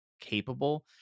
capable